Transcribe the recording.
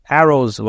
arrows